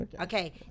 Okay